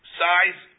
size